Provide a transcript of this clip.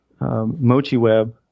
MochiWeb